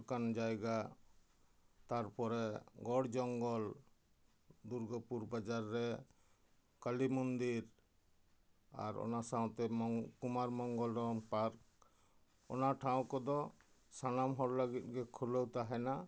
ᱚᱱᱠᱟᱱ ᱡᱟᱭᱜᱟ ᱛᱟᱨᱯᱚᱨᱮ ᱜᱚᱰ ᱡᱚᱝᱜᱚᱞ ᱫᱩᱨᱜᱟᱯᱩᱨ ᱵᱟᱡᱟᱨ ᱨᱮ ᱠᱟᱞᱤ ᱢᱚᱱᱫᱤᱨ ᱟᱨ ᱚᱱᱟ ᱥᱟᱶᱛᱮ ᱠᱩᱢᱟᱨ ᱢᱚᱝᱜᱚᱞᱚᱢ ᱯᱟᱨᱠ ᱚᱱᱟ ᱴᱷᱟᱶ ᱠᱚᱫᱚ ᱥᱟᱱᱟᱢ ᱦᱚᱲ ᱞᱟᱹᱜᱤᱫ ᱜᱮ ᱠᱷᱩᱞᱟᱹᱣ ᱛᱟᱦᱮᱱᱟ